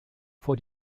vor